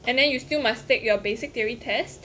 and then you still must take your basic theory test